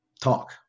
talk